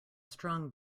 strong